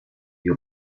die